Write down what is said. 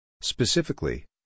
Specifically